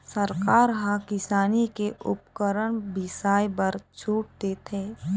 सरकार ह किसानी के उपकरन बिसाए बर छूट देथे